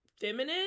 feminine